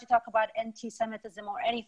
על אנטישמיות או על כל דבר,